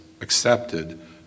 accepted